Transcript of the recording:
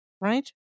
right